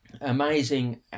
Amazing